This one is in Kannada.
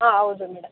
ಹಾಂ ಹೌದು ಮೇಡಮ್